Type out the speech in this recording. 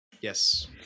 Yes